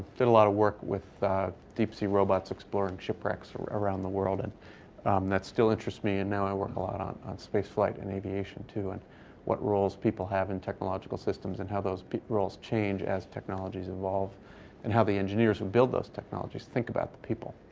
did a lot of work with deep-sea robots exploring shipwrecks around the world. and that still interests me. and now i work a lot on on space flight in aviation, too, and what roles people have in technological systems and how those roles change as technologies evolve and how the engineers who build those technologies think about people.